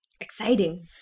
Exciting